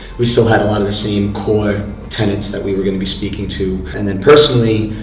we still had a lot of the same core tenets that we were gonna be speaking to. and then personally,